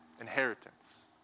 inheritance